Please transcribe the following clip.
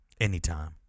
Anytime